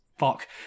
Fuck